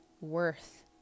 worth